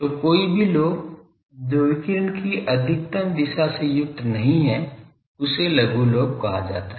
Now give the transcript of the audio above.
तो कोई भी लोब जो विकिरण की अधिकतम दिशा से युक्त नहीं है उसे लघु लोब कहा जाता है